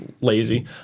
lazy